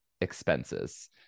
expenses